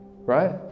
right